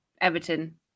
Everton